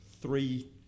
Three